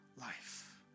life